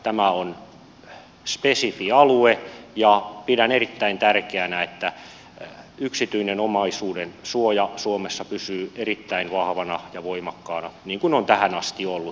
tämä on spesifi alue ja pidän erittäin tärkeänä että yksityinen omaisuudensuoja suomessa pysyy erittäin vahvana ja voimakkaana niin kuin on tähän asti ollut